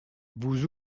vous